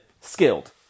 skilled